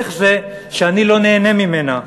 איך זה שאני לא נהנה ממנה?